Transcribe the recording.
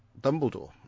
Dumbledore